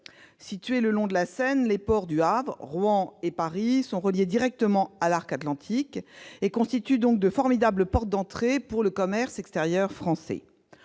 Situés le long de la Seine, les ports du Havre, de Rouen et de Paris sont reliés directement à l'arc atlantique et constituent donc de formidables portes d'entrée pour le commerce extérieur français.